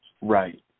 Right